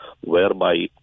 whereby